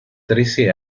trece